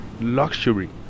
luxury